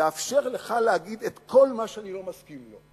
לאפשר לך להגיד את כל מה שאני לא מסכים לו.